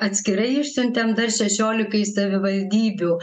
atskirai išsiuntėm dar šešiolikai savivaldybių